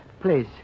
Please